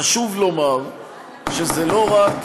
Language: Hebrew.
חשוב לומר שזה לא רק